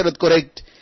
correct